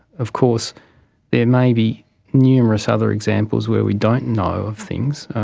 of course there may be numerous other examples where we don't know of things.